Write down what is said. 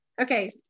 Okay